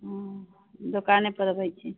दोकानेपर अबैत छी